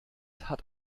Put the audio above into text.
hat